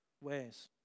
ways